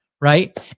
right